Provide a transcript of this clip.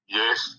Yes